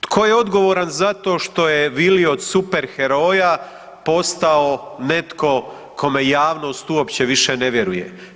Tko je odgovoran zato što je Vili od superheroja postao netko kome javnost uopće više ne vjeruje?